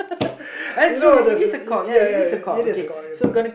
you know there's a ya ya it is a cock it is a cock